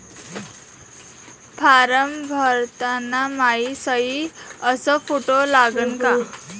Form भरताना मायी सयी अस फोटो लागन का?